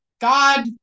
God